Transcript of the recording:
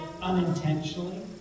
unintentionally